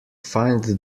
find